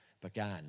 began